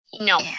No